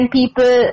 people